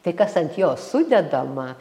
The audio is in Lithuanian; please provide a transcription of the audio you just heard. tai kas ant jo sudedama